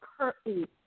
curtain